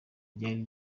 ryari